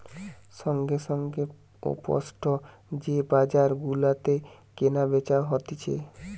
সঙ্গে সঙ্গে ও স্পট যে বাজার গুলাতে কেনা বেচা হতিছে